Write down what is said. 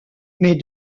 mais